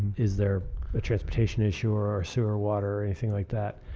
is there a transportation issue? or sewer-water, anything like that?